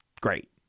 great